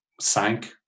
sank